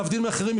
להבדיל מאחרים,